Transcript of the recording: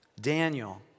Daniel